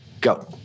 go